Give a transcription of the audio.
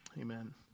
Amen